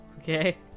Okay